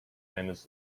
manage